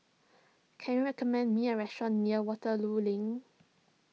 can you recommend me a restaurant near Waterloo Link